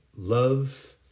Love